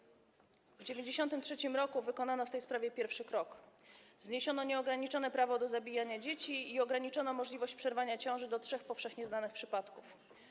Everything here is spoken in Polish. W 1993 r. wykonano w tej sprawie pierwszy krok: zniesiono nieograniczone prawo do zabijania dzieci i ograniczono możliwość przerwania ciąży do trzech powszechnie znanych przypadków.